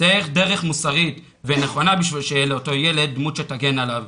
צריך דרך מוסרית ונכונה בשביל שתהיה לאותו ילד דמות שתגן עליו.